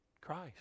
Christ